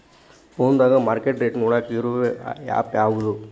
ಫೋನದಾಗ market rate ನೋಡಾಕ್ ಇರು ಆ್ಯಪ್ ಯಾವದು?